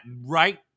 right